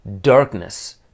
Darkness